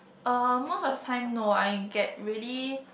uh most of the time no I get really